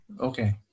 Okay